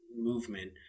movement